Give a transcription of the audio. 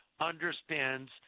understands